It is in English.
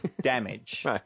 damage